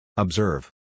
Observe